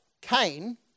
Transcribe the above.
Cain